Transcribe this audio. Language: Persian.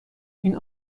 این